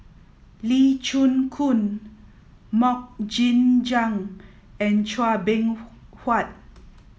Lee Chin Koon Mok Ying Jang and Chua Beng Huat